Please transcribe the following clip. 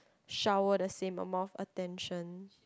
shower the same amount of attention